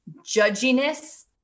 judginess